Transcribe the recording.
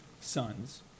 sons